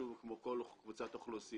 שוב, כמו כל קבוצת אוכלוסייה,